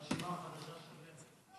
הרשימה החדשה של מרצ.